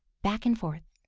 back and forth,